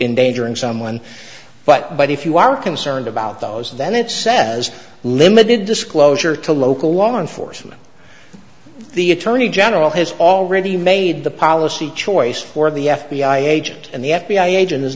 in danger and someone but but if you are concerned about those then it says limited disclosure to local law enforcement the attorney general has already made the policy choice for the f b i agent and the f b i agent is